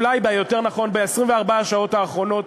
אולי יותר נכון ב-24 השעות האחרונות,